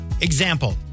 example